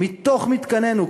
מתוך מתקנינו,